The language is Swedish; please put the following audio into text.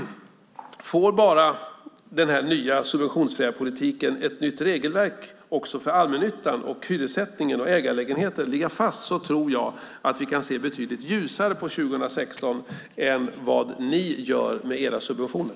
Får bara den nya subventionsfria politiken med ett nytt regelverk också för allmännyttan, hyressättningen och ägarlägenheter ligga fast tror jag att vi kan se betydligt ljusare på 2016 än vad ni gör med era subventioner.